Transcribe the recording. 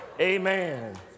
Amen